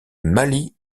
mali